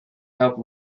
helped